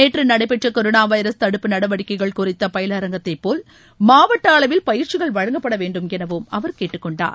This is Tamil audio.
நேற்று நடைபெற்ற கொரோனா வவரஸ் தடுப்பு நடவடிக்கைகள் குறித்த பயிலரங்கத்தைப்போல் மாவட்ட அளவில் பயிற்சிகள் வழங்கப்பட வேண்டும் என அவர் கேட்டுக்கொண்டார்